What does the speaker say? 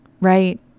right